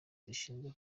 zishinzwe